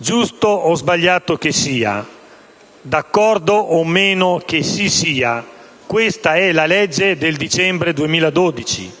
Giusto o sbagliato che sia, d'accordo o meno che si sia, questa è la legge del dicembre 2012